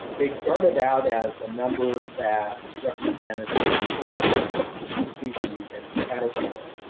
they started out as a number that represented a particular species and its caterpillar.